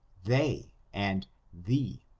they and thee,